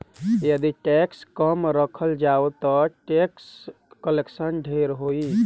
यदि टैक्स कम राखल जाओ ता टैक्स कलेक्शन ढेर होई